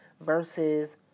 versus